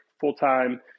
full-time